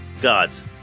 God's